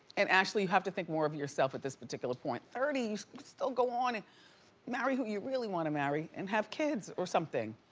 and ashley, you have to think more of yourself at this particular point. thirty you can still go on and marry who you really wanna marry and have kids or something.